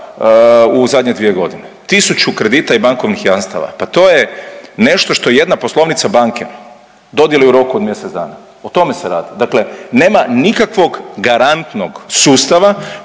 u zadnje dvije godine. Tisuću kredita i bankovnih jamstava, pa to je nešto što jedna poslovnica banke dodijeli u roku od mjesec dana o tome se radi. Dakle, nema nikakvog garantnog sustava